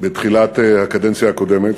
בתחילת הקדנציה הקודמת,